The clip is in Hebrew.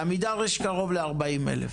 לעמידר יש קרוב ל-40,000.